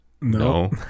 No